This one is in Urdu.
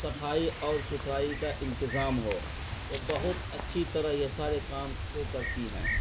صفائی اور ستھرائی کا انتظام ہو وہ بہت اچھی طرح یہ سارے کام کو کرتی ہیں